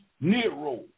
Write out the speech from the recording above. Nero